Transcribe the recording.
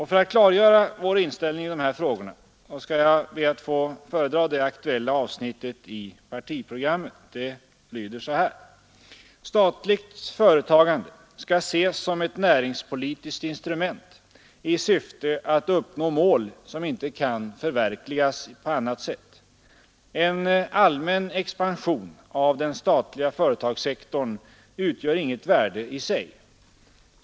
För att klargöra vår inställning i dessa frågor ber jag att få citera det aktuella avsnittet i partiprogrammet: ”Statligt företagande skall ses som ett näringspolitiskt instrument i syfte att uppnå mål som inte kan förverkligas på annat sätt. En allmän expansion av den statliga företagssektorn utgör inget värde i sig.